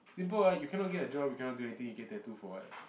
simple ah you cannot get a job you cannot do anything you get tattoo for what